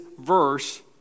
verse